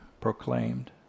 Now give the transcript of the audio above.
proclaimed